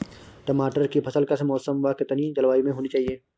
टमाटर की फसल किस मौसम व कितनी जलवायु में होनी चाहिए?